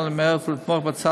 1 במרס,